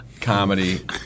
comedy